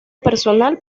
personal